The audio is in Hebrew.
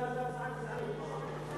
לא, כי זו הצעה גזענית.